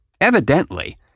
evidently